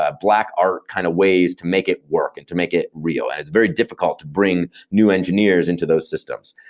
ah black art kind of ways to make it work and to make it real and it's very difficult bring new engineers into those systems.